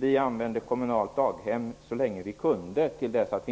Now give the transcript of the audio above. Vi använde kommunalt daghem så länge vi kunde till dess att